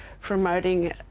promoting